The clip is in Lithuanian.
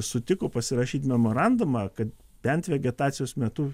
sutiko pasirašyti memorandumą kad bent vegetacijos metu